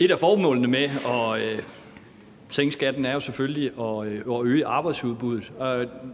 Et af formålene med at sænke skatten er jo selvfølgelig at øge arbejdsudbuddet.